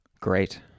great